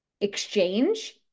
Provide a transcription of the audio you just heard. exchange